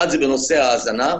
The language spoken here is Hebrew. אחד, בנושא ההזנה.